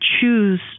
choose